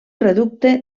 reducte